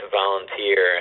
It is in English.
volunteer